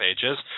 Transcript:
pages